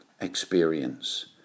experience